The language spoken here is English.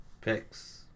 Picks